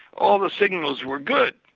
all the signals were good.